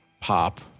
pop